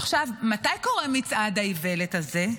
עכשיו, מתי קורה מצעד האיוולת הזה?